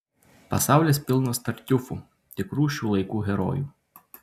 pasaulis pilnas tartiufų tikrų šių laikų herojų